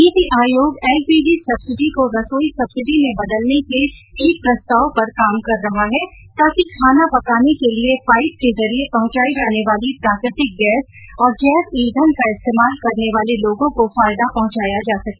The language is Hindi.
नीति आयोग एलपीजी सब्सिडी को रसोई सब्सिडी में बदलने के एक प्रस्ताव पर काम कर रहा है ताकि खाना पकाने के लिए पाइप के जरिए पहुंचाई जाने वाली प्राकृतिक गैस और जैव ईंधन का इस्तेमाल करने वाले लोगो को फायदा पहुंचाया जा सके